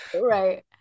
right